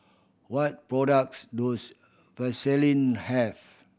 what products does Vaselin have